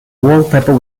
wallpaper